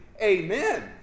amen